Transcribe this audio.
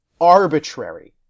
ARBITRARY